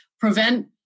prevent